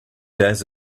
days